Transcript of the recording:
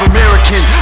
American